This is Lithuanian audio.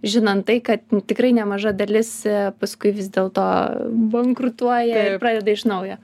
žinant tai kad tikrai nemaža dalis paskui vis dėlto bankrutuoja pradeda iš naujo